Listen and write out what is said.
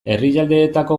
herrialdeetako